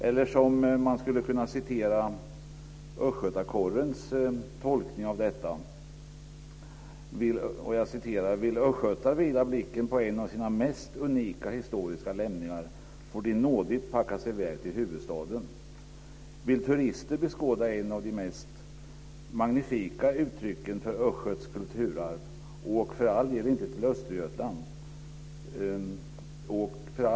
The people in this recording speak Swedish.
Östgöta Corren har följande tolkning av detta: "Vill östgötar vila blicken på en av sina mest unika historiska lämningar får de nådigt packa sig iväg till huvudstaden. Vill turister beskåda ett av de mest magnifika uttrycken för östgötskt kulturarv, åk för all del inte till Östergötland."